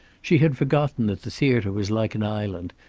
she had forgotten that the theater was like an island,